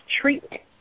treatment